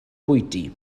bwyty